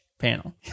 panel